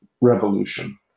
revolution